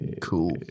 Cool